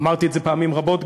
אמרתי את זה פעמים רבות,